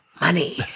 Money